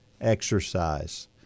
Exercise